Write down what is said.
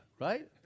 Right